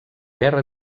guerra